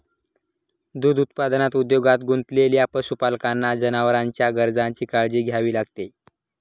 दूध उत्पादन उद्योगात गुंतलेल्या पशुपालकांना जनावरांच्या गरजांची काळजी घ्यावी लागते